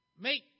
make